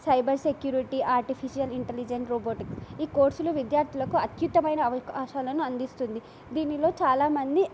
cyber security artificial intelligence robotics ఈ కోర్సులు విద్యార్థులకు అత్యుతమైన అవకాశాలను అందిస్తుంది దీనిలో చాలామంది